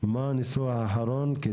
מה הניסוח האחרון.